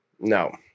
no